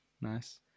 Nice